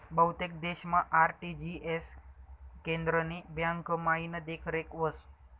बहुतेक देशमा आर.टी.जी.एस केंद्रनी ब्यांकमाईन देखरेख व्हस